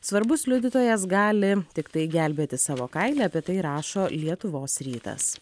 svarbus liudytojas gali tiktai gelbėti savo kailį apie tai rašo lietuvos rytas